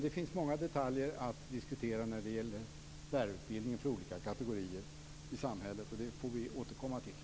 Det finns många detaljer att diskutera när det gäller lärarutbildningen för olika kategorier i samhället. Det får vi återkomma till.